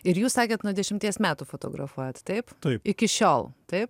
ir jūs sakėt nuo dešimties metų fotografuojat taip iki šiol taip